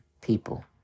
people